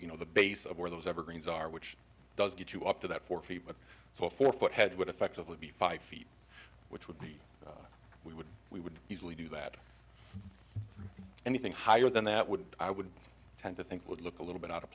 you know the base of where those evergreens are which does get you up to that four feet so a four foot head would effectively be five feet which would be we would we would usually do that anything higher than that would i would tend to think would look a little bit out of